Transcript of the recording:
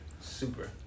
Super